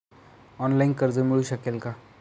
Online कर्ज मिळू शकेल का?